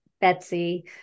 Betsy